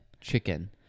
chicken